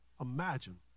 imagine